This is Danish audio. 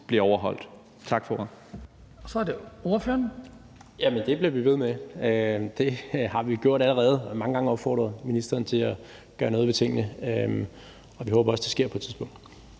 Så er det ordføreren. Kl. 15:01 Rasmus Jarlov (KF): Jamen det bliver vi ved med. Det har vi gjort allerede, altså mange gange opfordret ministeren til at gøre noget ved tingene. Og vi håber også, det sker på et tidspunkt.